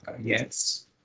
Yes